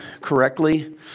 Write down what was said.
correctly